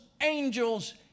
angels